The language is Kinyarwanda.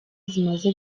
zimaze